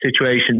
situation